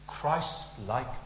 Christ-like